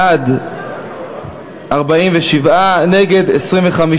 בעד 47, נגד, 25,